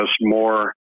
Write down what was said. more